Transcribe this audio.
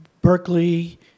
Berkeley